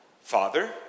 Father